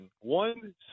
one